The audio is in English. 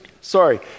sorry